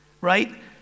right